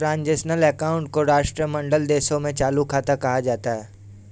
transitional account को राष्ट्रमंडल देशों में चालू खाता कहा जाता है